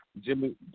Jimmy